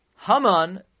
Haman